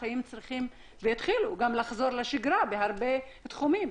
החיים צריכים לחזור לשגרה והתחילו לחזור בהרבה תחומים.